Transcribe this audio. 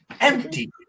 empty